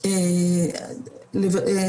אלא הגיונית,